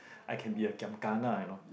I can be a giam gana you know